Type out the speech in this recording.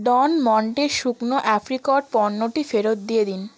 ডন Monte শুকনো apricot পণ্যটি ফেরত দিয়ে দিন